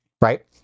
right